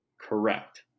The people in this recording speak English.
correct